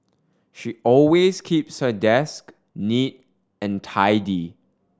she always keeps her desk neat and tidy